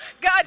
God